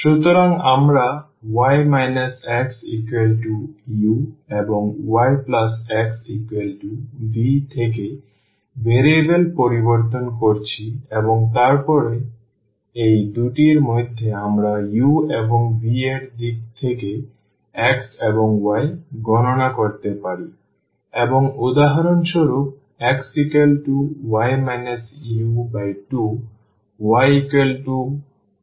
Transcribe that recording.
সুতরাং আমরা y xu এবং yxv থেকে ভ্যারিয়েবল পরিবর্তন করেছি এবং তারপরে এই দুটির মধ্যে আমরা u এবং v এর দিক থেকে x এবং y গণনা করতে পারি এবং উদাহরণ স্বরূপ xv u2yvu2